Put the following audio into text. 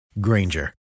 Granger